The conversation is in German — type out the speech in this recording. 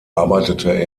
arbeitete